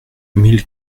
mille